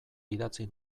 idatzi